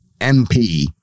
MP